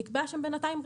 נקבעה שם בינתיים רשימה.